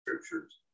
scriptures